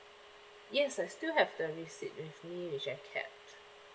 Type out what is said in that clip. yes I still have the receipt with me which I kept